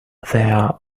there